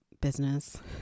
business